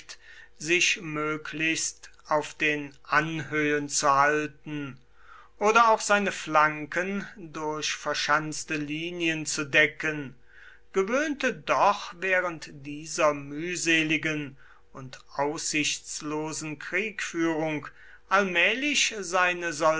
sich möglichst auf den anhöhen zu halten oder auch seine flanken durch verschanzte linien zu decken gewöhnte doch während dieser mühseligen und aussichtslosen kriegführung allmählich seine